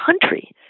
country